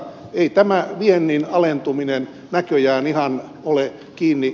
tämä viennin alentuminen on näköjään ihan ole kiinni